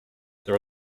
there